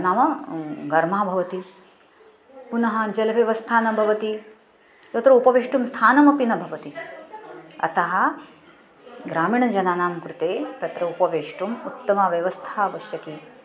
नाम घर्मः भवति पुनः जलव्यवस्था न भवति तत्र उपवेष्टुं स्थानमपि न भवति अतः ग्रामीणजनानां कृते तत्र उपवेष्टुम् उत्तमव्यवस्था आवश्यकी